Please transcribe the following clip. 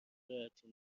راحتین